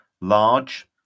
large